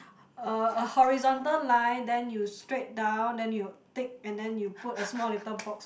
a a horizontal line then you straight down then you tick and then you put a small little box